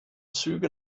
züge